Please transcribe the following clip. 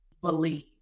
believe